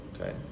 Okay